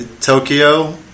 Tokyo